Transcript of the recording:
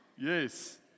Yes